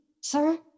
Sir